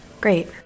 great